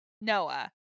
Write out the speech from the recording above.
Noah